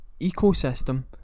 ecosystem